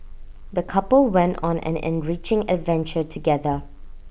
the couple went on an enriching adventure together